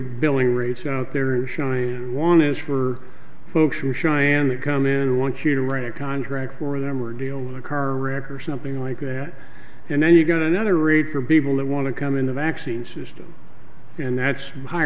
billing rates out there showing one is for folks who cheyanne they come in and want you to write a contract for them or deal with a car wreck or something like that and then you go to another rate for people that want to come in the vaccine system and that's hi